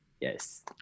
Yes